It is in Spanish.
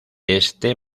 este